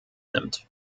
nimmt